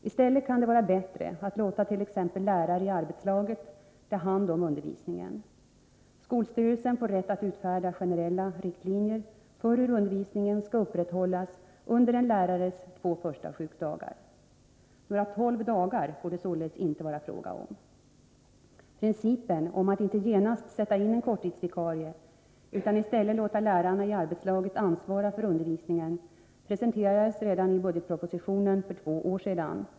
I stället kan det vara bättre att låta t.ex. andra lärare i arbetslaget ta hand om undervisningen. Skolstyrelsen får rätt att utfärda generella riktlinjer för hur undervisningen skall upprätthållas under en lärares två första sjukdagar. Några tolv dagar får det således inte vara fråga om. Principen att inte genast sätta in korttidsvikarie utan i stället låta lärarna i arbetslaget ansvara för undervisningen presenterades redan i budgetpropositionen för två år sedan (prop. 1981/82:100, bil.